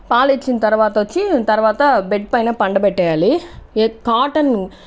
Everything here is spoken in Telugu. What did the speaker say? పాలిచ్చిన తర్వాత వచ్చి తర్వాత బెడ్ పైన పండబెట్టేయాలి కాటన్ కాటన్